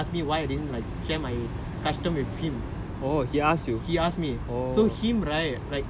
Anjaneyar like like in the cellar started talking and ask me why I didn't like share my custom with him